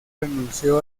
renunció